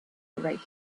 great